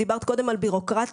דיברת קודם על בירוקרטיה.